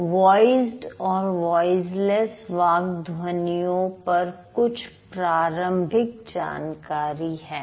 यह वॉइसड और वॉइसलेस वाक् ध्वनियों पर कुछ प्रारंभिक जानकारी है